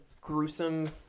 gruesome